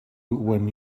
when